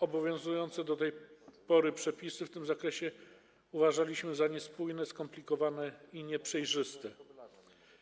Obowiązujące do tej pory przepisy w tym zakresie uważaliśmy za niespójne, skomplikowane i nieprzejrzyste.